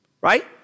right